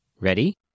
Ready